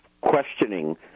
questioning